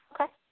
Okay